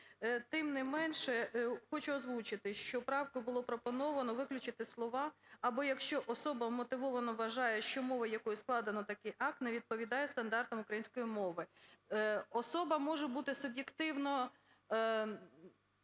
Тим не менше, хочу озвучити, що правку було пропоновано виключити слова "або якщо особа вмотивовано вважає, що мовою, якою складено такий акт, не відповідає стандартам української мови". Особа може бути суб'єктивно